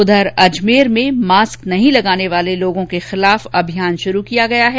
उधर अजमेर में मास्क नहीं लगाने वाले लोगों के खिलाफ अभियान शुरू किया गया है